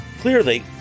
Clearly